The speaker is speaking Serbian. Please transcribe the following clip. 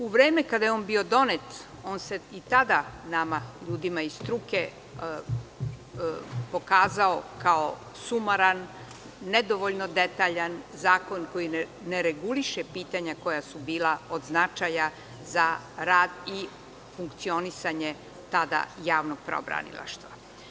U vreme kada je on bio donet i tada se nama ljudima iz struke pokazao kao sumoran, nedovoljno detaljan, zakon koji ne reguliše pitanja koja su bila od značaja za rad i funkcionisanje tada javnog pravobranilaštva.